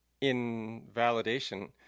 invalidation